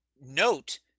note